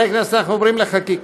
חברי הכנסת, אנחנו עוברים לחקיקה: